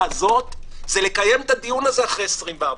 הזאת זה לקיים את הדיון הזה אחרי 24 שעות.